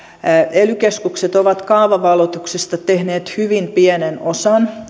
ely keskukset ovat kaavavalituksista tehneet hyvin pienen osan